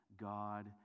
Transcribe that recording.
God